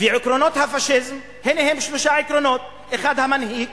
ועקרונות הפאשיזם, שלושה עקרונות: המנהיג